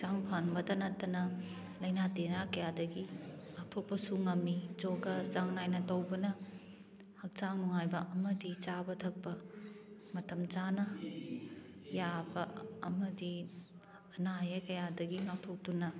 ꯍꯛꯆꯥꯡ ꯐꯍꯟꯕꯗ ꯅꯠꯇꯅ ꯂꯥꯏꯅꯥ ꯇꯤꯟꯅꯥ ꯀꯌꯥꯗꯒꯤ ꯉꯥꯛꯊꯣꯛꯄꯁꯨ ꯉꯝꯃꯤ ꯖꯣꯒꯥ ꯆꯥꯡ ꯅꯥꯏꯅ ꯇꯧꯕꯅ ꯍꯛꯆꯥꯡ ꯅꯨꯡꯉꯥꯏꯕ ꯑꯃꯗꯤ ꯆꯥꯕ ꯊꯛꯄ ꯃꯇꯝ ꯆꯥꯅ ꯌꯥꯕ ꯑꯃꯗꯤ ꯑꯅꯥ ꯑꯌꯦꯛ ꯀꯌꯥꯗꯒꯤ ꯉꯥꯛꯊꯣꯛꯇꯨꯅ